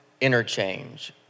interchange